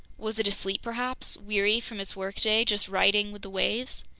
was it asleep perhaps, weary from its workday, just riding with the waves?